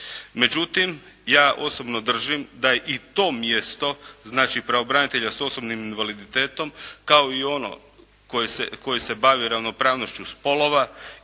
Međutim, ja osobno držim da i to mjesto, znači pravobranitelja s osobnim invaliditetom kao i ono koje se bavi ravnopravnošću spolova